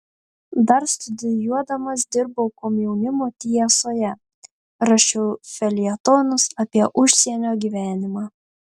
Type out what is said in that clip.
dar studijuodamas dirbau komjaunimo tiesoje rašiau feljetonus apie užsienio gyvenimą